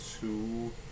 two